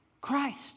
Christ